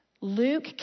Luke